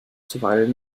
zuweilen